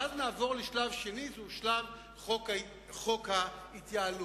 ואז נעבור לשלב שני, שהוא שלב חוק ההתייעלות.